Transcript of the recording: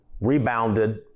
rebounded